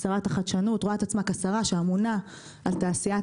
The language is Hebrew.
שרת החדשנות רואה את עצמה כשרה שאמונה על תעשיית